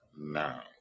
now